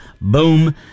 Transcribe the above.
boom